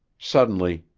suddenly,